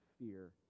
fear